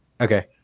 Okay